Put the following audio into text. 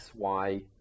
xy